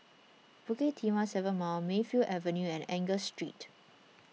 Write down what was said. Bukit Timah seven Mile Mayfield Avenue and Angus Street